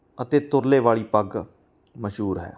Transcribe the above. ਅਤੇ ਤੁਰਲੇ ਵਾਲੀ ਪੱਗ ਮਸ਼ਹੂਰ ਹੈ